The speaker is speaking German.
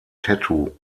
tattoo